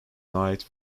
night